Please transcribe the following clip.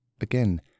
Again